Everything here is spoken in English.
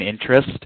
interest